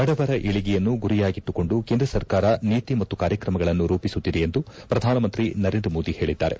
ಬಡವರ ಏಳಿಗೆಯನ್ನು ಗುರಿಯಾಗಿಟ್ಲುಕೊಂಡು ಕೇಂದ್ರ ಸರ್ಕಾರ ನೀತಿ ಮತ್ತು ಕಾರ್ಯಕ್ರಮಗಳನ್ನು ರೂಪಿಸುತ್ತಿದೆ ಎಂದು ಪ್ರಧಾನಮಂತ್ರಿ ನರೇಂದ್ರ ಮೋದಿ ಹೇಳಿದ್ದಾರೆ